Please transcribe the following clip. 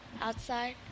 outside